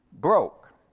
broke